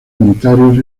unitarios